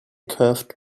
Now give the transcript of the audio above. curved